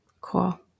Cool